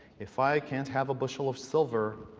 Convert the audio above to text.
if i can't have a bushel of silver,